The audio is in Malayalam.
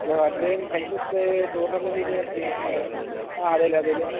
ഹലോ അഡ്രിയാൻ കഴിഞ്ഞ ദിവസത്തെ ടൂർണമെന്റിന് ങാ അതേല്ലോ അതേല്ലോ ഓക്കെ ഓക്കെ